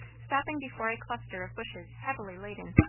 stopping before a cluster of bushes heavily laden.